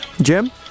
Jim